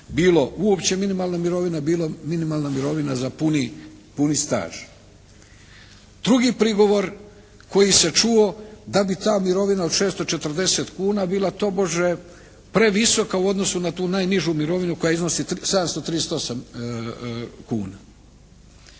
bilo uopće minimalna mirovina, bilo minimalna mirovina za puni staž. Drugi prigovor koji se čuo da bi ta mirovina od 640 kuna bila tobože previsoka u odnosu na tu najnižu mirovinu koja iznosi 738 kuna.